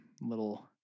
little